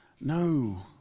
No